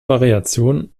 variation